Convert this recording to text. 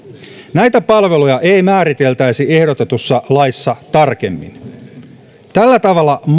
näitä palveluja ei määriteltäisi ehdotetussa laissa tarkemmin tällä tavalla